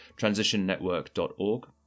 transitionnetwork.org